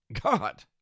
god